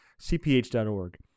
cph.org